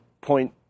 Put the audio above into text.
point